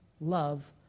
love